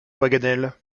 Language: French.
paganel